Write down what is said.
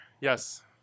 Yes